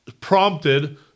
prompted